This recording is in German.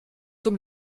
zum